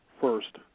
first